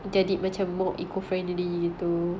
their did mature more environment friendly too